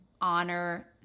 honor